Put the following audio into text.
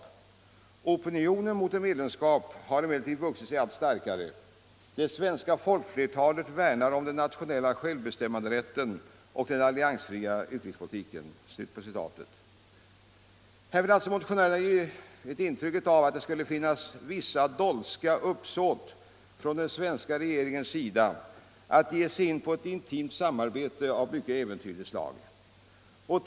Opinionen mot ett medlemskap har emellertid vuxit sig allt starkare. Det svenska folkflertalet värnar om den nationella självbestämmanderätten och den alliansfria utrikespolitiken.” Motionärerna vill också ge intryck av att det skulle finnas vissa dolska uppsåt från den svenska regeringens sida att ge sig in på ett intimt samarbete av mycket äventyrligt slag.